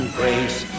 grace